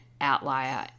outlier